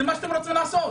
זה מה שאתם רוצים לעשות.